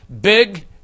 Big